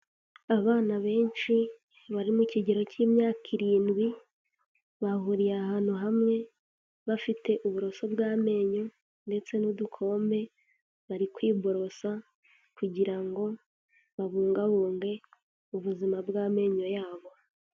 Abana benshi bari mu kigero cy'imyaka irindwi, bahuriye ahantu hamwe bafite uburoso bw'amenyo ndetse n'udukombe bari kwiborosa, kugira ngo babungabunge ubuzima bw'amenyo yabo.